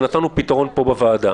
ונתנו את פתרון פה בוועדה.